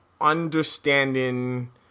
understanding